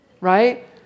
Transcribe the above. right